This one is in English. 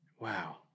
Wow